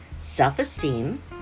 self-esteem